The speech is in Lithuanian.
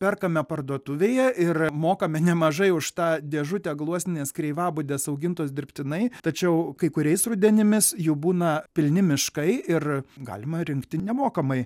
perkame parduotuvėje ir mokame nemažai už tą dėžutę gluosninės kreivabudės augintos dirbtinai tačiau kai kuriais rudenimis jų būna pilni miškai ir galima rinkti nemokamai